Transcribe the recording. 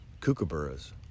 kookaburras